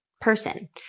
person